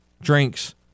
drinks